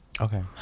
Okay